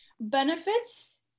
benefits